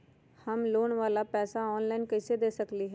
हम लोन वाला पैसा ऑनलाइन कईसे दे सकेलि ह?